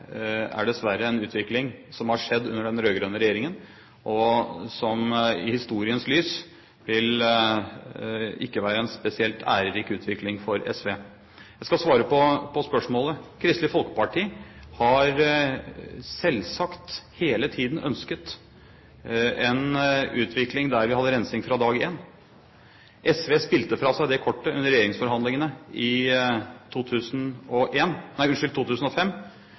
er dessverre en utvikling som har skjedd under den rød-grønne regjeringen, og som i historiens lys ikke vil være en spesielt ærerik utvikling for SV. Jeg skal svare på spørsmålet: Kristelig Folkeparti har selvsagt hele tiden ønsket en utvikling der vi hadde rensing fra dag én. SV spilte fra seg det kortet under regjeringsforhandlingene i